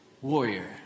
warrior